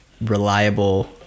reliable